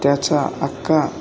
त्याचा अख्खा